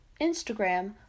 Instagram